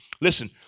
Listen